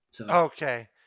Okay